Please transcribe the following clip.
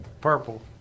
purple